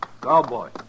Cowboy